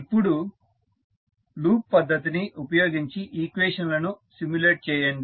ఇప్పుడు లూప్ పద్ధతిని ఉపయోగించి ఈక్వేషన్ లను సిమ్యులేట్ చేయండి